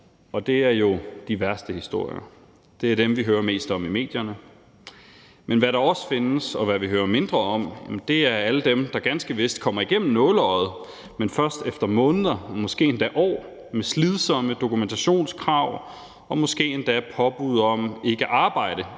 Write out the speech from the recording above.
og det er jo de værste historier. Det er dem, vi hører mest om i medierne. Men hvad der også findes, og hvad vi hører mindre om, er alle dem, der ganske vist kommer igennem nåleøjet, men først efter måneder, måske endda år med slidsomme dokumentationskrav og måske endda med påbud om ikke at arbejde,